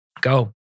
Go